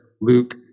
Luke